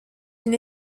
une